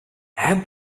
have